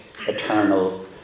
eternal